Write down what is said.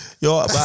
Yo